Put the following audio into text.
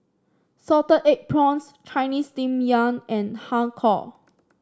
Salted Egg Prawns Chinese Steamed Yam and Har Kow